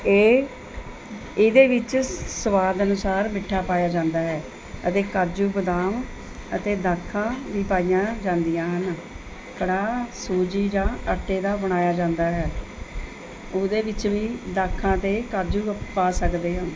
ਇਹ ਇਹਦੇ ਵਿੱਚ ਸਵਾਦ ਅਨੁਸਾਰ ਮਿੱਠਾ ਪਾਇਆ ਜਾਂਦਾ ਹੈ ਅਤੇ ਕਾਜੂ ਬਦਾਮ ਅਤੇ ਦਾਖਾਂ ਵੀ ਪਾਈਆਂ ਜਾਂਦੀਆਂ ਹਨ ਕੜਾਹ ਸੂਜੀ ਜਾਂ ਆਟੇ ਦਾ ਬਣਾਇਆ ਜਾਂਦਾ ਹੈ ਉਹਦੇ ਵਿੱਚ ਵੀ ਦਾਖਾਂ ਅਤੇ ਕਾਜੂ ਅਪ ਪਾ ਸਕਦੇ ਹਾਂ